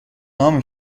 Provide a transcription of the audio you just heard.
نام